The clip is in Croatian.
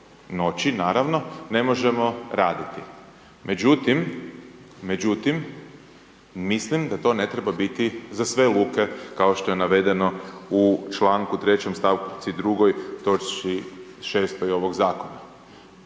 noći naravno ne možemo raditi. Međutim, međutim mislim da to ne treba biti za sve luke kao što je navedeno u članku 3. stavci 2. točci 6. ovog zakona.